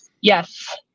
Yes